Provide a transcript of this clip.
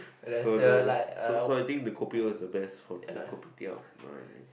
so the so so I think the kopi O is the best from the kopitiam uh